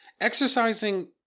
exercising